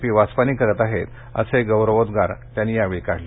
P Vaswani करत आहेत असे गौरबोद्वार त्यांनी यावेळी काढले